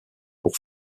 pour